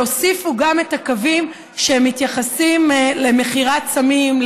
והוסיפו גם את הקווים שמתייחסים למכירת סמים,